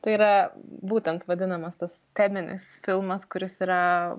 tai yra būtent vadinamas tas terminis filmas kuris yra